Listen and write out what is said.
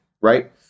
right